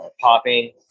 popping